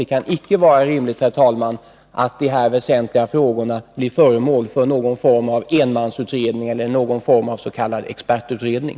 Det kan icke vara rimligt, herr talman, att dessa väsentliga frågor blir föremål för en enmansutredning eller någon form av s.k. expertutredning.